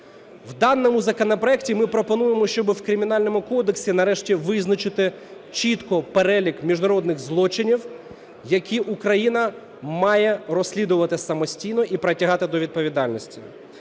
У даному законопроекті ми пропонуємо, щоб у Кримінальному кодексі нарешті визначити чітко перелік міжнародних злочинів, які Україна має розслідувати самостійно і притягати до відповідальності.